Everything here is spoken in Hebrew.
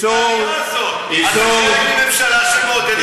אתה חלק מממשלה שמעודדת את העלייה הזאת.